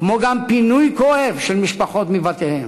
כמו גם פינוי כואב של משפחות מבתיהן.